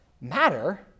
matter